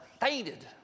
fainted